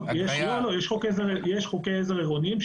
יש חוקי עזר עירוניים,